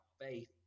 faith